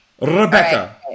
Rebecca